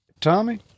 Tommy